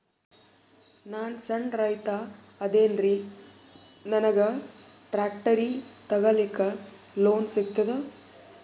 ನಾನ್ ಸಣ್ ರೈತ ಅದೇನೀರಿ ನನಗ ಟ್ಟ್ರ್ಯಾಕ್ಟರಿ ತಗಲಿಕ ಲೋನ್ ಸಿಗತದ?